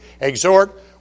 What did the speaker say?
exhort